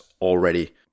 already